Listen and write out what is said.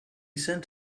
sent